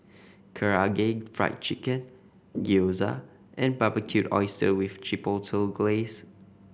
Karaage Fried Chicken Gyoza and Barbecued Oysters with Chipotle Glaze